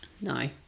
No